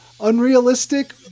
Unrealistic